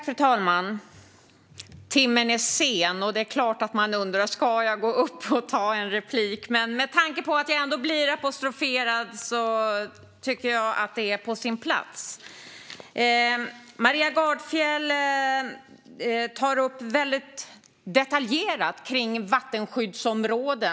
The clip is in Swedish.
Fru talman! Timmen är sen. Det är klart att man undrar: Ska jag gå upp i debatten och ta en replik? Men med tanke på att jag blir apostroferad tycker jag ändå att det är på sin plats. Maria Gardfjell tar väldigt detaljerat upp vattenskyddsområden.